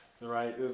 Right